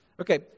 Okay